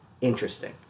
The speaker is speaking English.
interesting